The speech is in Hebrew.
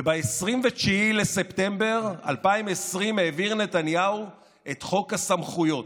וב-29 בספטמבר 2020 העביר נתניהו את חוק הסמכויות.